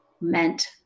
meant